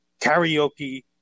karaoke